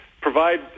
provide